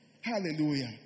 Hallelujah